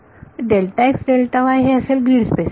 तर हे असेल ग्रीड स्पेसिंग